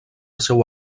seu